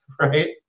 right